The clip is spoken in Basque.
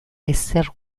ezer